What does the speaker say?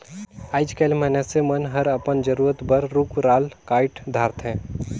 आयज कायल मइनसे मन हर अपन जरूरत बर रुख राल कायट धारथे